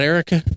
Erica